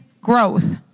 growth